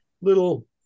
little